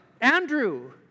Andrew